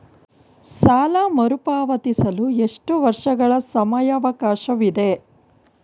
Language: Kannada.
ಸಾಲ ಮರುಪಾವತಿಸಲು ಎಷ್ಟು ವರ್ಷಗಳ ಸಮಯಾವಕಾಶವಿದೆ?